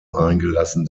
eingelassen